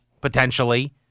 potentially –